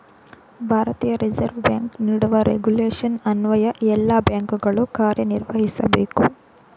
ಭಾರತೀಯ reserve bank ನೀಡುವ regulation ಅನ್ವಯ ಎಲ್ಲ ಬ್ಯಾಂಕುಗಳು ಕಾರ್ಯನಿರ್ವಹಿಸಬೇಕು